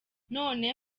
none